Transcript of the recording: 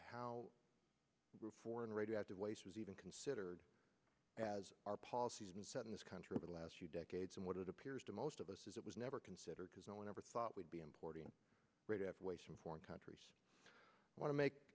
how foreign radioactive waste was even considered as our policies and said in this country over the last few decades and what it appears to most of us is it was never considered because no one ever thought we'd be importing rid of waste in foreign countries i want to make